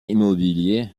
immobilier